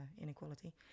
inequality